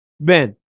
Ben